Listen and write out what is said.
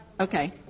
Okay